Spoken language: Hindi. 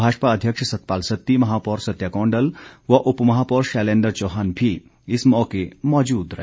भाजपा अध्यक्ष सतपाल सत्ती महापौर सत्या कौंडल व उपमहापौर शैलेंद्र चौहान भी इस मौके मौजूद रहे